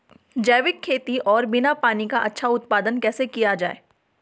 जैविक खेती और बिना पानी का अच्छा उत्पादन कैसे किया जाए?